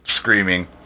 screaming